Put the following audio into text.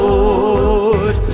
Lord